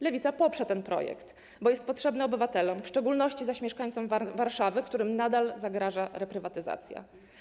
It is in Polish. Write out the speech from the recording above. Lewica poprze ten projekt, bo jest potrzebny obywatelom, w szczególności zaś mieszkańcom Warszawy, którym nadal zagraża reprywatyzacja.